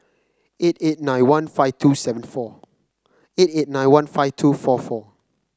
eight eight nine one five two seven four eight eight nine one five two four four